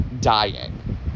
dying